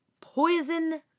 poison